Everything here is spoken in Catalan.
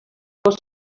cos